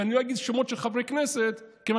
ואני לא אגיד שמות של חברי כנסת כיוון